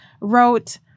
wrote